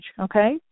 Okay